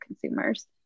consumers